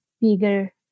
bigger